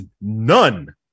none